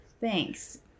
thanks